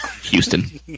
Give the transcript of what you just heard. Houston